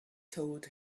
told